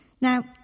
Now